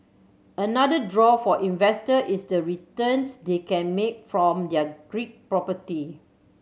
another draw for investor is the returns they can make from their Greek property